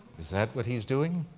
is that what he is doing?